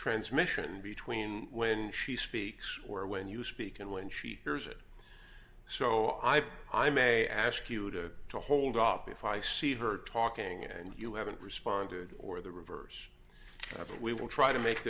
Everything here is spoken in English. transmission between when she speaks or when you speak and when she hears it so i i may ask you to hold up if i see her talking and you haven't responded or the reverse but we will try to make